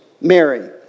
Mary